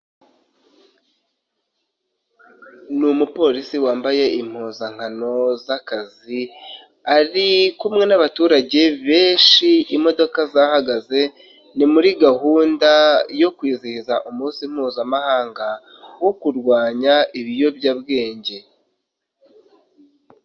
Ni umupolisi wambaye impuzankano z'akazi, ari kumwe n'abaturage benshi, imodoka zahagaze, ni muri gahunda yo kwizihiza umunsi mpuzamahanga wo kurwanya ibiyobyabwenge.